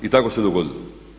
I ako se dogodilo.